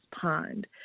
pond